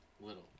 little